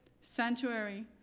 sanctuary